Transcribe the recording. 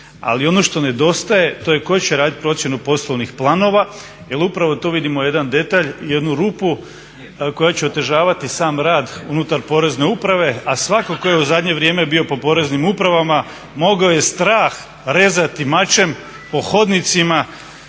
Ali ono što nedostaje to je tko će raditi procjenu poslovnih planova jer upravo tu vidimo jedan detalj, jednu rupu koja će otežavati sam rad unutar Porezne uprave, a svatko tko je u zadnje vrijeme bio po poreznim upravama mogao je strah rezati mačem po hodnicima